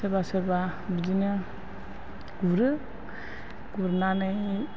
सोरबा सोरबा बिदिनो गुरो गुरनानै